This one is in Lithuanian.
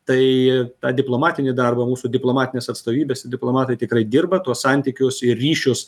tai tą diplomatinį darbą mūsų diplomatinės atstovybės diplomatai tikrai dirba tuos santykius ir ryšius